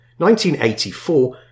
1984